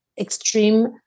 extreme